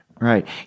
Right